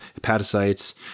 hepatocytes